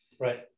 Right